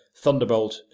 Thunderbolt